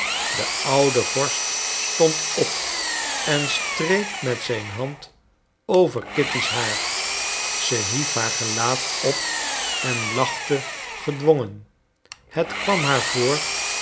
de oude vorst stond op en streek met zijn hand over kitty's haar ze hief haar gelaat op en lachte gedwongen het kwam haar voor